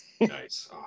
Nice